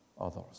others